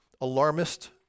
alarmist